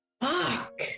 Fuck